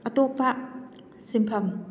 ꯑꯇꯣꯞꯄ ꯁꯤꯟꯐꯝ